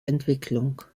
entwicklung